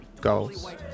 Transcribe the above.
goals